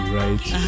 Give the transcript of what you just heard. right